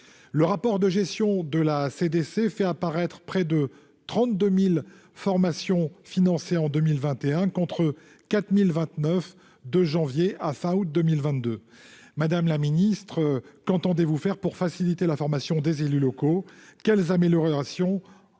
Le rapport de gestion de la Cour des comptes dénombre 32 000 formations financées en 2021, contre 4 029 de janvier à fin août 2022 ... Madame la ministre, qu'entendez-vous faire pour faciliter la formation des élus locaux ? Quelles améliorations